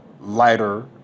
lighter